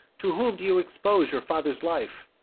to whom do you expose your father's life,